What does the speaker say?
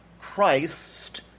Christ